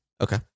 Okay